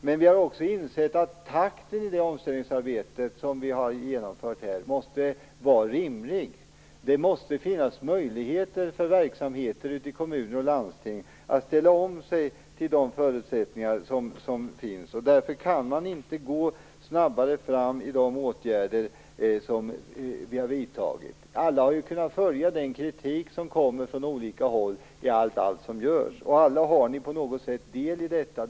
Men vi har också insett att takten i omställningsarbetet måste vara rimlig. Det måste finnas möjligheter för verksamheter ute i kommuner och landsting att ställa om sig till de förutsättningar som finns. Därför kan man inte gå snabbare fram i de åtgärder som vi har vidtagit. Alla har ju kunnat följa den kritik som kommer från olika håll. Alla har vi på något vis del i detta.